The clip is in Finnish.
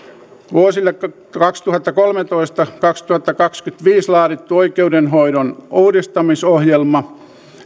vuosille kaksituhattakolmetoista viiva kaksituhattakaksikymmentäviisi laadittu oikeudenhoidon uudistamisohjelma